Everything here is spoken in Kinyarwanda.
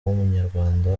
w’umunyarwanda